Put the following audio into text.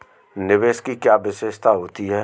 निवेश की क्या विशेषता होती है?